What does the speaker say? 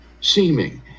seeming